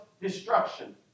destruction